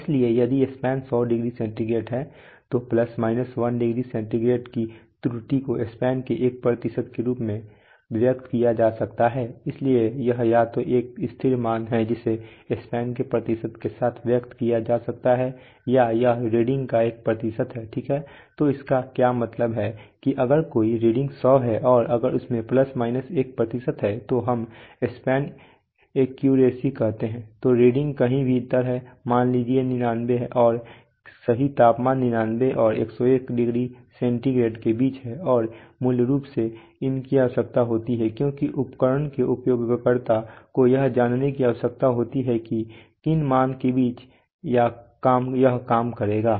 इसलिए यदि span 100 degree centigrade है तो प्लस माइनस 1 डिग्री सेंटीग्रेड की त्रुटि को स्पैन के 1 के रूप में व्यक्त किया जा सकता है इसलिए यह या तो एक स्थिर मान है जिसे स्पैन के प्रतिशत के साथ व्यक्त किया जा सकता है या यह रीडिंग का एक प्रतिशत है ठीक है तो इसका क्या मतलब है कि अगर कोई रीडिंग 100 है और अगर इसमें प्लस माइनस 1 प्रतिशत है तो हम स्पैन एक्यूरेसी कहते हैं तो रीडिंग कहीं भीतर है मान लीजिए 99 और फिर सही तापमान 99 और 101 डिग्री सेंटीग्रेड के बीच होगा और मूल रूप से इनकी आवश्यकता होती है क्योंकि उपकरण के उपयोगकर्ता को यह जानने की आवश्यकता होती है कि किन मान के बीच यह काम करेगा